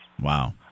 Wow